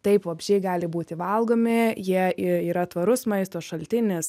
taip vabzdžiai gali būti valgomi jie yra tvarus maisto šaltinis